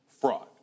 Fraud